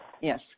Yes